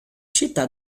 città